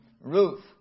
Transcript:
Ruth